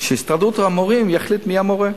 שהסתדרות המורים תחליט מי יהיה המורה.